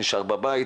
הוא נשאר בבית,